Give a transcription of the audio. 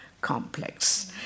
complex